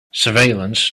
surveillance